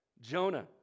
Jonah